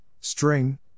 string